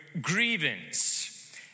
grievance